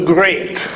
Great